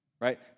right